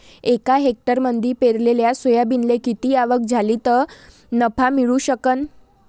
एका हेक्टरमंदी पेरलेल्या सोयाबीनले किती आवक झाली तं नफा मिळू शकन?